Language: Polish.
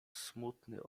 smutny